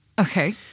Okay